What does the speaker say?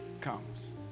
comes